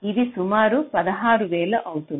ఇది సుమారు 16000 అవుతుంది